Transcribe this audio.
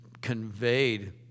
conveyed